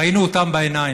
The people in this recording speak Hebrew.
ראינו אותם בעיניים,